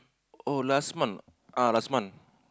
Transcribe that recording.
oh last month ah last month